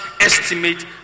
estimate